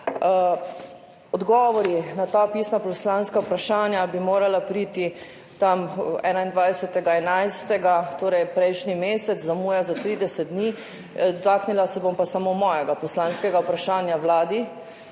Odgovori na ta pisna poslanska vprašanja bi morala priti 21. 11., torej prejšnji mesec, zamuja za trideset dni. Dotaknila se bom pa samo mojega poslanskega vprašanja Vladi,